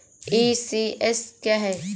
ECS क्या है?